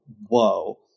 whoa